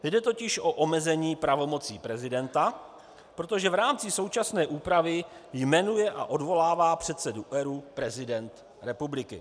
Jde totiž o omezení pravomocí prezidenta, protože v rámci současné úpravy jmenuje a odvolává předsedu ERÚ prezident republiky.